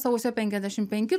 sausio penkiasdešimt penki